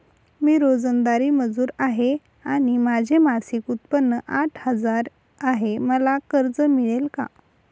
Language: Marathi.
मी रोजंदारी मजूर आहे आणि माझे मासिक उत्त्पन्न आठ हजार आहे, मला कर्ज मिळेल का?